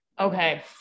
Okay